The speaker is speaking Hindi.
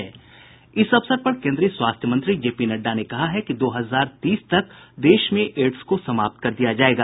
इस अवसर पर केन्द्रीय स्वास्थ्य मंत्री जेपी नड्डा ने कहा कि दो हजार तीस तक देश में एड्स को समाप्त कर दिया जायेगा